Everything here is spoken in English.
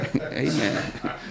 Amen